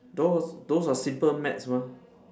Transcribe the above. those those are simple maths mah